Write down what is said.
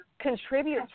contribute